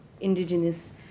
indigenous